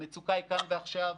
המצוקה היא כאן ועכשיו,